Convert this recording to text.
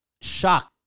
shock